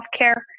healthcare